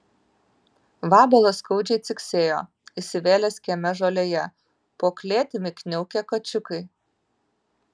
vabalas skaudžiai ciksėjo įsivėlęs kieme žolėje po klėtimi kniaukė kačiukai